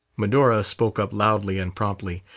medora spoke up loudly and promptly.